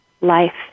life